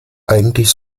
eigentlich